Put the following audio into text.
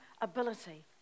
ability